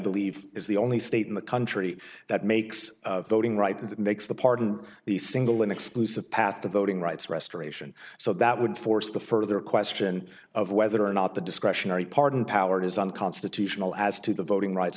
believe is the only state in the country that makes voting rights that makes the pardon the single an exclusive path to voting rights restoration so that would force the further question of whether or not the discretionary pardon power is unconstitutional as to the voting rights